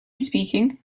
speaking